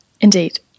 Indeed